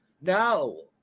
No